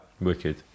wicked